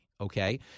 okay